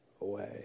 away